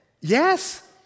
Yes